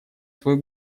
свой